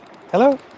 Hello